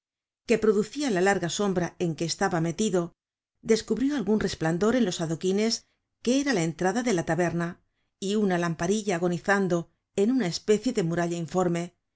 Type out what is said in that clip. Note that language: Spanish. que produoia la larga sombra en que estaba metido descubrió algun resplandor en los adoquines que era la entrada de la taberna una lamparilla agonizando en una especie de muralla informe